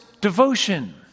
devotion